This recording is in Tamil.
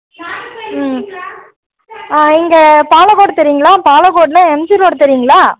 இங்கே பாலகோடு தெரியுங்களா பாலகோடில் எம்ஜி ரோடு தெரியுங்களா